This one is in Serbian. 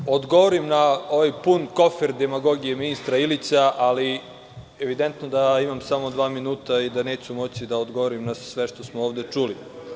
Želim da odgovorim na ovaj pun kofer demagogije ministra Ilića, ali je evidentno da imam samo dva minuta i da neću moći da odgovorim na sve što smo ovde čuli.